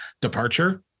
departure